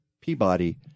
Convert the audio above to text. Peabody